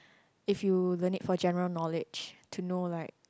if you learn it for general knowledge to know like